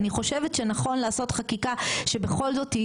אני חושבת שנכון לעשות חקיקה שבכל זאת היא